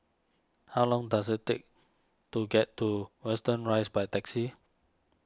how long does it take to get to Watten Rise by taxi